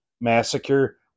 massacre